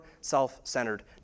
self-centered